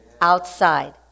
outside